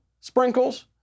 sprinkles